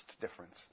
difference